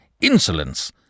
insolence